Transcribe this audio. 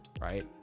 right